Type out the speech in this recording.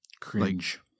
cringe